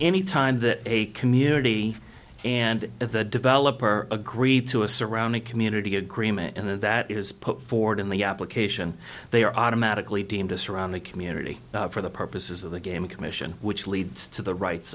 any time that a community and the developer agree to a surrounding community agreement and that is put forward in the application they are automatically deemed us around the community for the purposes of the gaming commission which leads to the rights